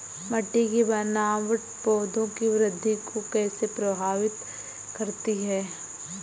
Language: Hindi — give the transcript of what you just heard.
मिट्टी की बनावट पौधों की वृद्धि को कैसे प्रभावित करती है?